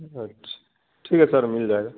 اچھا ٹھیک ہے سر مل جائے گا